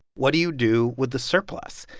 what do you do with the surplus?